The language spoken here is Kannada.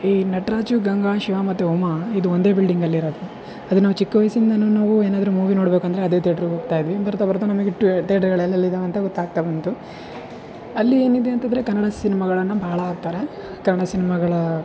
ಈ ನಟರಾಜು ಗಂಗ ಶಿವ ಮತ್ತು ಉಮ ಇದು ಒಂದೇ ಬಿಲ್ಡಿಂಗ್ ಅಲ್ಲಿ ಇರೋದು ಅದು ನಾವು ಚಿಕ್ಕ ವಯಸ್ಸಿನಿಂದ ನಾವು ಏನಾದರು ಮೂವಿ ನೋಡಬೇಕಂದ್ರೆ ಅದೆ ತೇಟ್ರ್ಗೆ ಹೋಗ್ತಾಯಿದ್ವಿ ಬರ್ತಾ ಬರ್ತಾ ನಮಗೆ ತೇಟ್ರ್ಗಳು ಎಲ್ಲೆಲ್ಲಿ ಇದಾವೆ ಅಂತ ಗೊತ್ತಾಗ್ತ ಬಂತು ಅಲ್ಲಿ ಏನಿದೆ ಅಂತಂದರೆ ಕನ್ನಡ ಸಿನ್ಮಾಗಳನ್ನು ಬಹಳ ಹಾಕ್ತಾರೆ ಕನ್ನಡ ಸಿನ್ಮಾಗಳ